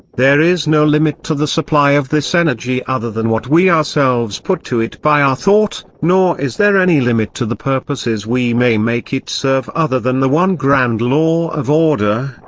there is no limit to the supply of this energy other than what we ourselves put to it by our thought nor is there any limit to the purposes we may make it serve other than the one grand law of order,